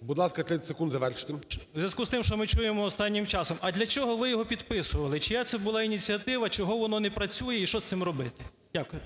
Будь ласка, 30 секунд, завершуйте. ПИНЗЕНИК П.В. У зв'язку з тим, що ми чуємо останнім часом, а для чого ви його підписували? Чия це була ініціатива? Чого воно не працює і що з цим робити? Дякую.